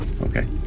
Okay